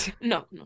No